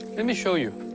let me show you.